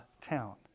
town